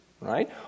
right